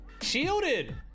Shielded